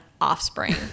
offspring